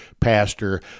Pastor